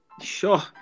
Sure